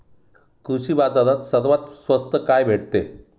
कृषी बाजारात सर्वात स्वस्त काय भेटते?